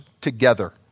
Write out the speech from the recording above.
together